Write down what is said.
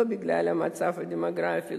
לא בגלל המצב הדמוגרפי,